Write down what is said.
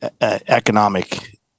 economic